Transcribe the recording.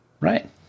Right